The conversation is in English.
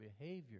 behavior